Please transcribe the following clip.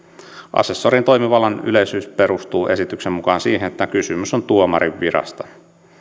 asessorin toimivallan yleisyys perustuu esityksen mukaan siihen että kysymys on tuomarin virasta